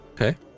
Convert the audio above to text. Okay